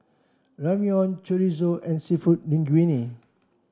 Ramyeon Chorizo and Seafood Linguine